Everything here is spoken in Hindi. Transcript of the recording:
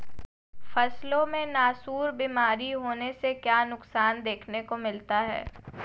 फसलों में नासूर बीमारी होने से क्या नुकसान देखने को मिलता है?